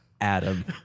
Adam